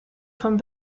von